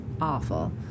Awful